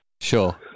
Sure